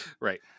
right